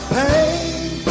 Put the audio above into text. pain